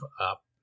up